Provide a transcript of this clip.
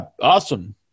Awesome